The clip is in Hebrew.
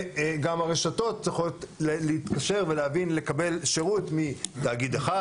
וגם הרשתות יכולות להתקשר ולקבל שירות מתאגיד אחד,